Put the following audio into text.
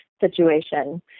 situation